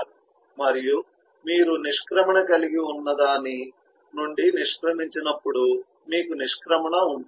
మరియు మీరు నిష్క్రమణ కలిగి ఉన్నదాని నుండి నిష్క్రమించినప్పుడు మీకు నిష్క్రమణ ఉంటుంది